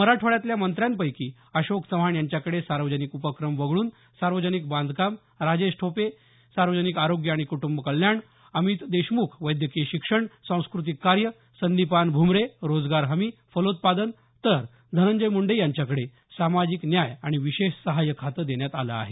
मराठवाड्यातल्या मंत्र्यांपैकी अशोक चव्हाण यांच्याकडे सार्वजनिक उपक्रम वगळून सार्वजनिक बांधकाम राजेश टोपे सार्वजनिक आरोग्य आणि कुटंब कल्याण अमित देशमुख वैद्यकीय शिक्षण सांस्कृतिक कार्य संदिपान भूमरे रोजगार हमी फलोत्पादन तर धनंजय मुंडे यांच्याकडे सामाजिक न्याय आणि विशेष सहाय्य खाते देण्यात आले आहे